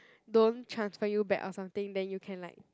don't transfer you back or something then you can like